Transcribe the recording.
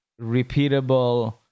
repeatable